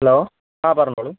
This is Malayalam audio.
ഹലോ ആ പറഞ്ഞോളൂ